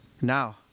Now